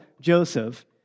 Joseph